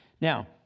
Now